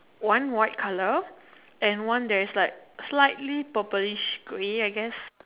one white colour and one there is like slightly purplish grey I guess